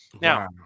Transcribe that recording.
Now